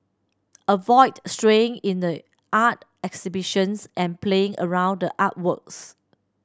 avoid straying into the art exhibitions and playing around the artworks